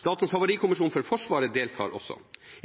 Statens havarikommisjon for Forsvaret deltar også.